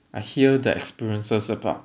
I hear their experiences about